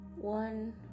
One